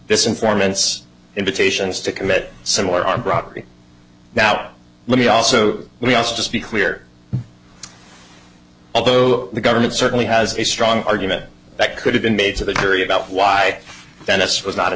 this informant's invitations to commit similar are brought me now let me also we also just be clear although the government certainly has a strong argument that could have been made to the jury about why dennis was not